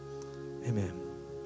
Amen